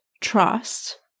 trust